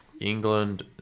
england